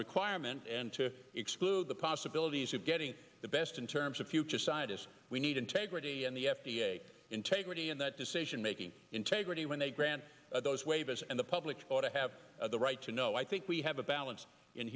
requirement and to exclude the possibilities of getting the best in terms of future scientists we need integrity and the f d a integrity and that decision making integrity when they grant those waivers and the public ought to have the right to know i think we have a balance in